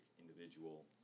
individual